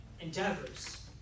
endeavors